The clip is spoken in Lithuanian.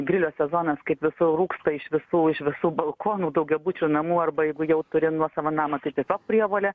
grilio sezonas kaip visur rūksta iš visų iš visų balkonų daugiabučių namų arba jeigu jau turi nuosavą namą tai tiesiog prievolė